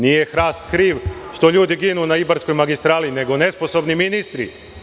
Nije hrast kriv što ljudi ginu na Ibarskoj magistrali nego nesposobni ministri.